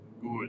good